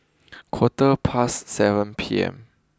quarter past seven P M